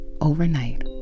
Overnight